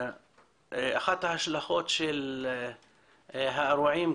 אחת ההשלכות של האירועים,